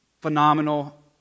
phenomenal